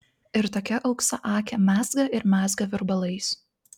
ir tokia auksaakė mezga ir mezga virbalais